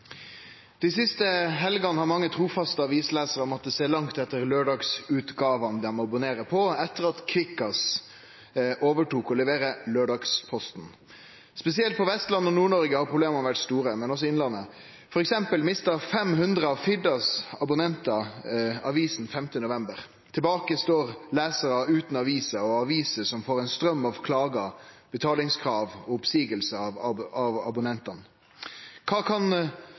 siste helgene har mange trofaste avislesere måttet se langt etter lørdagsutgavene de abonnerer på etter at Kvikkas overtok å levere lørdagsposten. Spesielt på Vestlandet og i Nord-Norge har problemene vært store. For eksempel mistet 500 av Firdas abonnenter avisen 5. november. Tilbake står lesere uten aviser, og aviser som får en strøm av klager, betalingskrav og oppsigelser av abonnementene. Hva kan